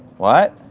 what?